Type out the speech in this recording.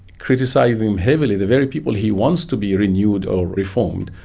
criticising them heavily, the very people he wants to be renewed or reformed,